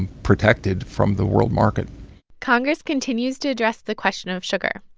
and protected from the world market congress continues to address the question of sugar.